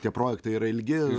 tie projektai yra ilgi